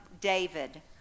David